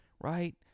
right